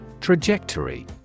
Trajectory